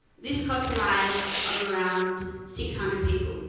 this cost the lives of around six hundred people.